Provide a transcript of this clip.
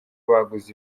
baguze